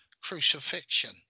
crucifixion